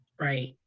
Right